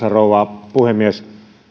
rouva puhemies